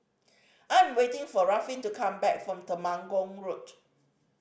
I am waiting for Ruffin to come back from Temenggong Road